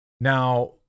Now